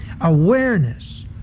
awareness